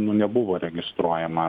nebuvo registruojama